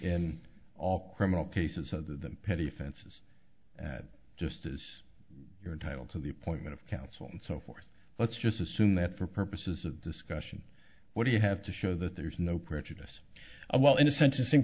in all criminal cases of the petty offenses just as you're entitled to the appointment of counsel and so forth let's just assume that for purposes of discussion what do you have to show that there's no prejudice while in a sentencing